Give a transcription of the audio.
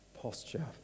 posture